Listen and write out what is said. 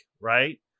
right